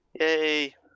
Yay